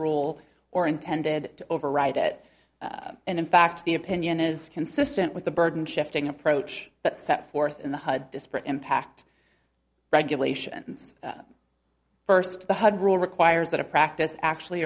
roll or intended to override it and in fact the opinion is consistent with the burden shifting approach but set forth in the hud disparate impact regulations first the hundred rule requires that a practice actually